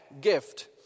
gift